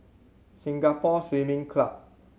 Singapore Swimming Club